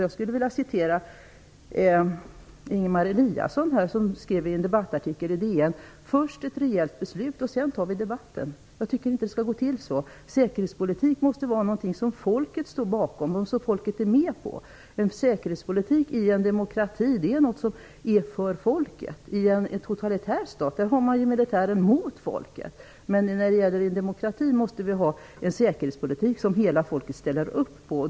Jag skulle vilja citera Ingemar Eliasson som i en debattartikel i Dagens Nyheter skrev att det först tas ett rejält beslut och sedan kommer debatten. Jag tycker inte att det skall gå till så. Säkerhetspolitik måste vara något som folket står bakom och som folket är med på. Säkerhetspolitik i en demokrati är något som är för folket. I en totalitär stat har man militären mot folket, men i en demokrati måste vi ha en säkerhetspolitik som hela folket ställer upp på.